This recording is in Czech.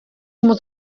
moc